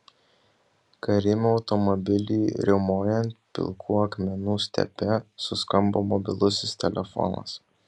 karimo automobiliui riaumojant pilkų akmenų stepe suskambo mobilusis telefonas